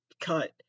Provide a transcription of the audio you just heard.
cut